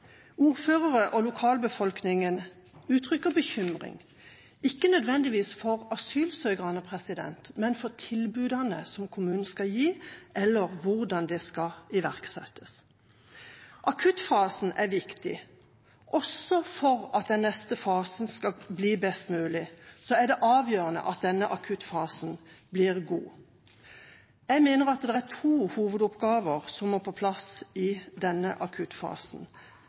Ordførere og lokalbefolkningen uttrykker bekymring, ikke nødvendigvis for asylsøkerne, men for tilbudene som kommunen skal gi, eller hvordan det skal iverksettes. Akuttfasen er viktig. Også for at den neste fasen skal bli best mulig, er det avgjørende at akuttfasen blir god. Jeg mener at det er to hovedoppgaver som må på plass i akuttfasen.